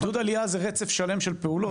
עידוד עלייה זה רצף שלם של פעולות.